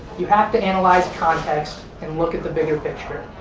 you have to analyze context and look at the bigger picture.